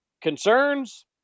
Concerns